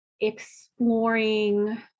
exploring